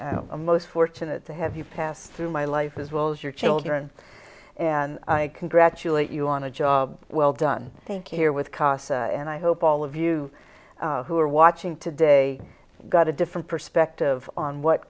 i'm most fortunate to have you pass through my life as well as your children and i congratulate you on a job well done thank you here with casa and i hope all of you who are watching today got a different perspective on what